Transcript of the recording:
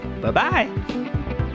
Bye-bye